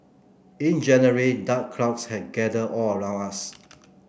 in January dark clouds had gathered all around us